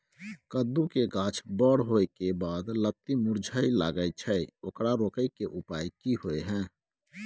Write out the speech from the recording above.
कद्दू के गाछ बर होय के बाद लत्ती मुरझाय लागे छै ओकरा रोके के उपाय कि होय है?